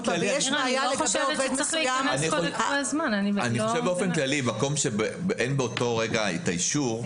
אני חושב באופן כללי שמקום שאין באותו רגע את האישור,